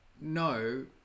no